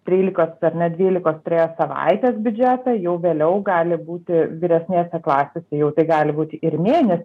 trylikos ar net dvylikos turėjo savaitės biudžetą jau vėliau gali būti vyresnėse klasėse jau tai gali būti ir mėnesio